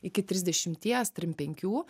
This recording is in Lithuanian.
iki trisdešimies trim penkių